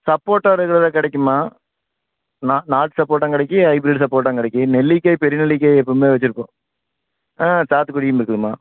சப்போட்டா ரெகுலராக கிடைக்குமா நா நாட்டு சப்போட்டாவும் கிடைக்கும் ஹைபிர்ட் சப்போட்டாவும் கிடைக்கும் நெல்லிக்காய் பெரிய நெல்லிக்காய் எப்பவுமே வச்சுருப்போம் ஆ சாத்துக்குடியும் இருக்குதுமா